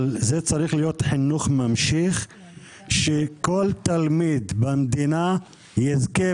אבל זה צריך להיות חינוך ממשיך שכל תלמיד במדינה יזכה